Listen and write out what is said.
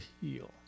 heal